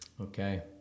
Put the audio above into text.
Okay